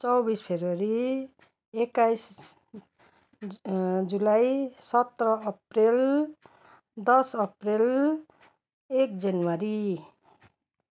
चौबिस फेब्रुअरी एक्काइस जुलाई सत्र अप्रिल दस अप्रिल एक जनवरी